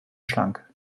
schlank